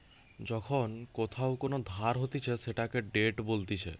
যখন কোথাও কোন ধার হতিছে সেটাকে ডেট বলতিছে